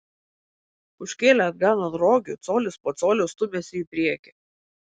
užkėlę atgal ant rogių colis po colio stūmėsi į priekį